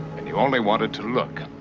and you only wanted to look,